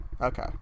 okay